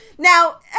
Now